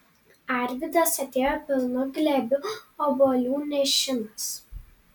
arvydas atėjo pilnu glėbiu obuolių nešinas